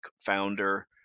founder